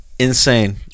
insane